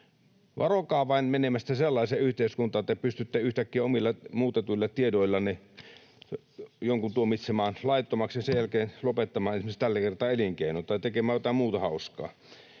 Varokaa vain menemästä sellaiseen yhteiskuntaan, että te pystytte yhtäkkiä omilla, muutetuilla tiedoillanne jonkun tuomitsemaan laittomaksi ja sen jälkeen esimerkiksi tällä kertaa lopettamaan elinkeinon, tai tekemään jotain muuta hauskaa.